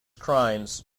crimes